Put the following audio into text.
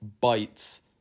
Bites